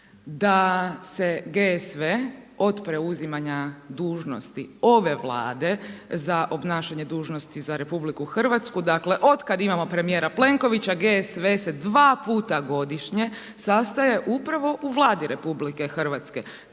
da se GSV od preuzimanja dužnosti ove Vlade za obnašanje dužnosti za RH, dakle otkad imamo premijera Plenkovića GSV se dva puta godišnje sastaje upravo u Vladi RH.